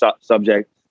subject